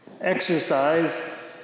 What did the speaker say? exercise